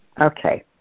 Okay